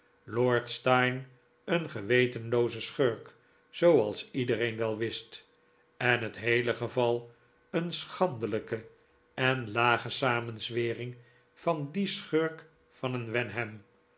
lord steyne een gewetenlooze schurk zooals iedereen wel wist en het heele geval een schandelijke en lage samenzwering van dien schurk van een wenham